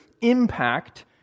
impact